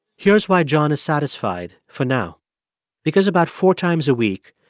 here's why john is satisfied for now because about four times a week,